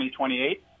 2028